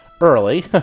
early